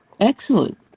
Excellent